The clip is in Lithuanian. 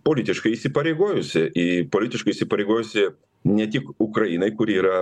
politiškai įsipareigojusi į politiškai įsipareigojusi ne tik ukrainai kuri yra